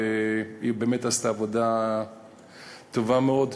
והיא באמת עשתה עבודה טובה מאוד.